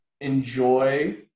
enjoy